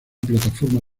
plataforma